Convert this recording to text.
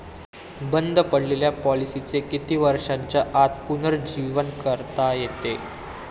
बंद पडलेल्या पॉलिसीचे किती वर्षांच्या आत पुनरुज्जीवन करता येते?